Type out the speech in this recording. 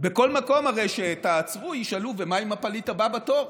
הרי בכל מקום שתעצרו ישאלו: ומה עם הפליט הבא בתור?